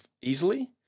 easily